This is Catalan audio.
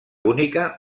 única